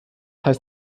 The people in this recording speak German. heißt